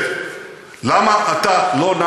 תשאלו אותו: למה אתה לא יושב?